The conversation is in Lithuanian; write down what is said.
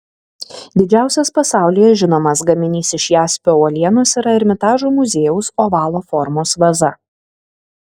didžiausias pasaulyje žinomas gaminys iš jaspio uolienos yra ermitažo muziejaus ovalo formos vaza